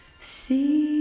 See